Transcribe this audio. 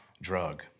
drug